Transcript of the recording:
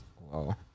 wow